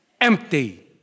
empty